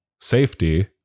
safety